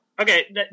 Okay